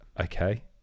Okay